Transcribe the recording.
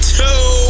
two